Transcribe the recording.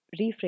reframe